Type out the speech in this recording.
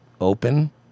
open